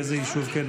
באיזה יישוב כן,